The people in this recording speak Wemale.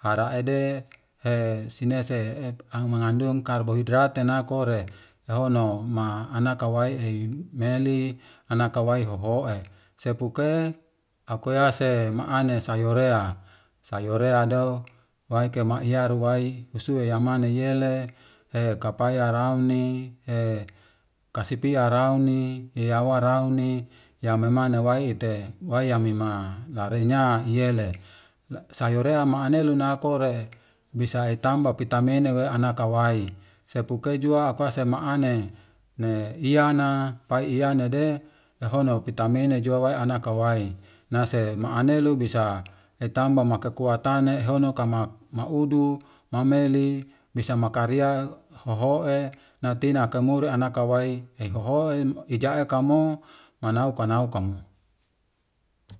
haraede sinese ahmangandung karbohidratinakore a'hono maa anakawai meli ana ka waihoho'e sepuke ako ya se maanen sayorea sayorea dao waikemaiaru wai kusuue yamanen yele kapaya rauni kasipia rauni iawa rauni yame manewaite waia mima narenya iyele sayorea maanelunakore bisa etamba, pitame newe anakawai sepuke joa akoa se maane ne iana paianede ahono pitame ne joa waihanakawai nase maanelu bisa etamba ma kekuatane hono ka ma maudu mameili bisa makaria hoho'e natina naka muru anakawai hoho'e ijaekamu manauka naukam.